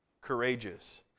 courageous